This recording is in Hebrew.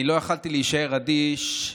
אני לא יכולתי להישאר אדיש,